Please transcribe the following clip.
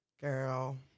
Girl